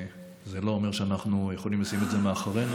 זה לא אומר שאנחנו יכולים לשים את זה מאחורינו.